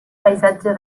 paisatge